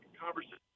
conversation